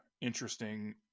interesting